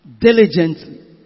diligently